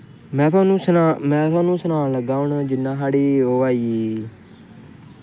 में तुआनू सनान लगा जि'यां साढ़ी ओह् आई गेई